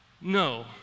No